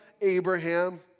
Abraham